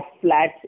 flats